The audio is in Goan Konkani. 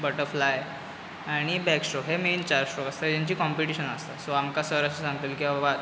बटफ्लाय आनी बेक स्ट्रोक हे मेन आसता हेंची काँपिटीशन आसता सो आमकां सर सांगतालो की बाबा